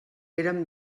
érem